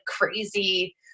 crazy